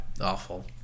Awful